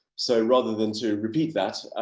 so rather than to repeat that,